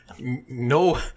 no